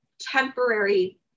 temporary